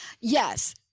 yes